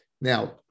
Now